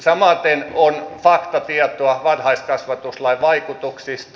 samaten on faktatietoa varhaiskasvatuslain vaikutuksista